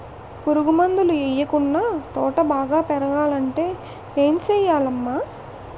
పురుగు మందులు యెయ్యకుండా తోట బాగా పెరగాలంటే ఏ సెయ్యాలమ్మా